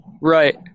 Right